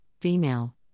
female